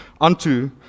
unto